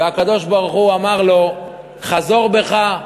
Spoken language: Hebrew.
והקדוש-ברוך-הוא אמר לו: חזור בך,